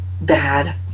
bad